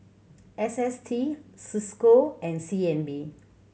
S S T Cisco and C N B